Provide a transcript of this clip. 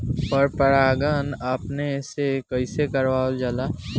पर परागण अपने से कइसे करावल जाला?